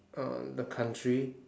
uh the country